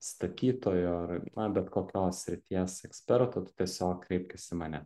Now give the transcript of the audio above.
statytojo ar bet kokios srities eksperto tu tiesiog kreipkis į mane